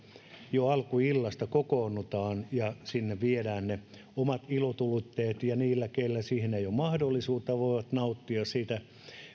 jo alkuillasta kokoonnutaan ja sinne viedään ne omat ilotulitteet ja ne kenellä siihen ei ole mahdollisuutta voivat nauttia siitä